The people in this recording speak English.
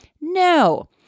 No